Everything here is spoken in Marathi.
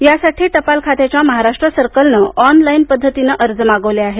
यासाठी टपाल खात्याच्या महाराष्ट्र सर्कलनं ऑनलाइन पद्धतीनं वर्ज मागविले आहेत